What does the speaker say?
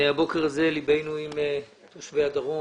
הבוקר הזה ליבנו עם תושבי הדרום,